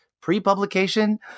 pre-publication